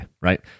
right